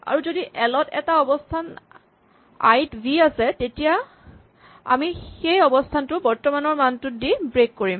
আৰু যদি এল ত এটা অৱস্হান আই ত ভি আছে তেতিয়া আমি সেই অৱস্হানটো বৰ্তমানৰ মানটোত দি ব্ৰেক কৰিম